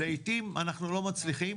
לעתים, אנחנו לא מצליחים.